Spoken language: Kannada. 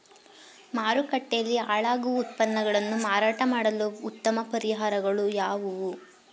ಮಾರುಕಟ್ಟೆಯಲ್ಲಿ ಹಾಳಾಗುವ ಉತ್ಪನ್ನಗಳನ್ನು ಮಾರಾಟ ಮಾಡಲು ಉತ್ತಮ ಪರಿಹಾರಗಳು ಯಾವುವು?